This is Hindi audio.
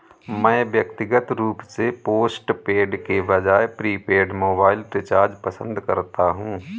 मैं व्यक्तिगत रूप से पोस्टपेड के बजाय प्रीपेड मोबाइल रिचार्ज पसंद करता हूं